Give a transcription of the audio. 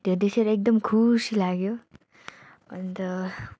त्यो देखेर एकदम खुसी लाग्यो अन्त